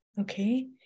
okay